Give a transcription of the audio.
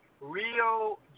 Rio